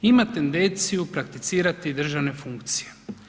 Ima tendenciju prakticirati državne funkcije.